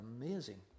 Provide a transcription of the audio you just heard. amazing